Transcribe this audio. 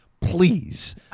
please